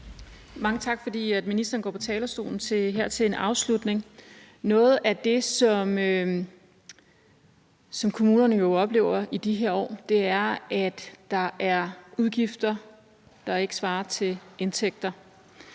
Mange tak, fordi ministeren går på talerstolen her til en afslutning. Noget af det, som kommunerne jo oplever i de her år, er, at der er udgifter, der ikke svarer til indtægter.